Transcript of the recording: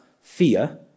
fear